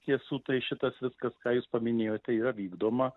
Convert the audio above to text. iš tiesų tai šitas viskas ką jūs paminėjote yra vykdoma